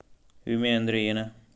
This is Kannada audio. ವಿಮೆ ಅಂದ್ರೆ ಏನ?